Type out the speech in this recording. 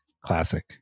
classic